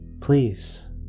Please